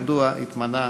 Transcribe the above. שכידוע התמנה